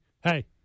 hey